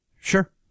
Sure